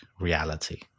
reality